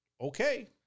okay